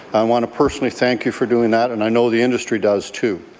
want to personally thank you for doing that, and i know the industry does too.